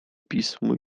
pismo